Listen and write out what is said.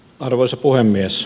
arvoisa puhemies